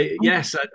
yes